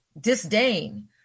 disdain